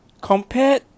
Compare